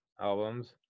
albums